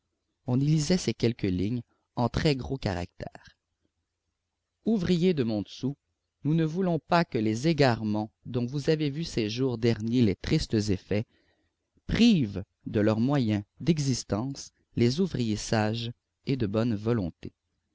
on y lisait ces quelques lignes en très gros caractères ouvriers de montsou nous ne voulons pas que les égarements dont vous avez vu ces jours derniers les tristes effets privent de leurs moyens d'existence les ouvriers sages et de bonne volonté